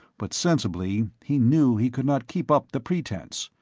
but sensibly he knew he could not keep up the pretense.